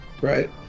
Right